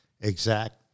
exact